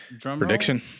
Prediction